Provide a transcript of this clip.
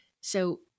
so-